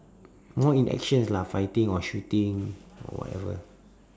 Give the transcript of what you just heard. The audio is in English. more in actions lah fighting or shooting or whatever